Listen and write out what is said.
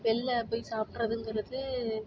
வெளில போய் சாப்பிட்றதுங்கறது